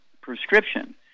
Prescription